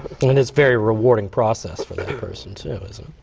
and it's very rewarding process for the person, too, isn't